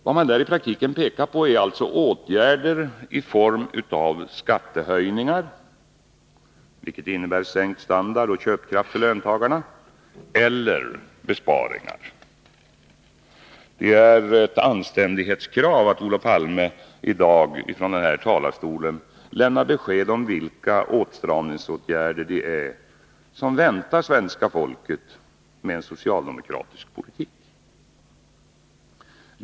Vad man i praktiken pekar på är alltså åtgärder i form av skattehöjningar — vilket innebär sänkt standard och sänkt köpkraft för löntagarna — eller besparingar. Det är ett anständighetskrav att Olof Palme här i dag från talarstolen lämnar besked om vilka åtstramningsåtgärder det är som väntar svenska folket med en socialdemokratisk politik.